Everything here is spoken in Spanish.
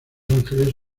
ángeles